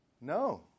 No